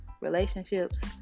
relationships